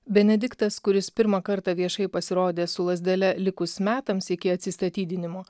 benediktas kuris pirmą kartą viešai pasirodė su lazdele likus metams iki atsistatydinimo